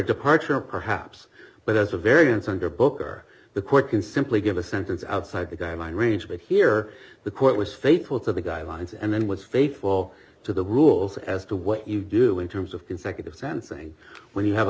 departure perhaps but as a variance under booker the court can simply give a sentence outside again my range here the court was faithful to the guidelines and then was faithful to the rules as to what you do in terms of consecutive sensing when you have a